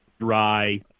dry